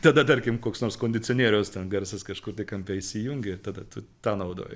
tada tarkim koks nors kondicionieriaus garsas kažkur tai kampe įsijungia tada tu tą naudoji